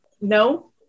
no